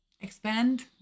expand